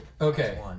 Okay